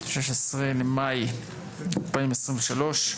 16 במאי 2023,